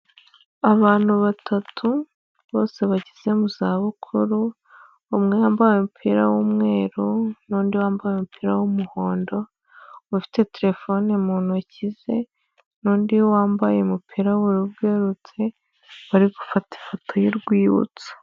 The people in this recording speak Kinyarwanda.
Abantu batatu bose bageze mu zabukuru, umwe wambaye umupira w'umweru n'undi wambaye umupira w'umuhondo ufite terefone mu ntoki ze n'undi wambaye umupira w'ubururu bwerurutse, bari gufata ifoto y'urwibutso.